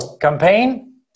campaign